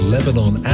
Lebanon